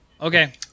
Okay